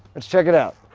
let's check it out.